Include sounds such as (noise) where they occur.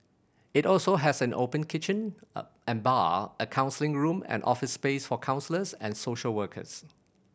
it also has an open kitchen (unintelligible) and bar a counselling room and office space for counsellors and social workers